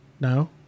No